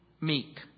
meek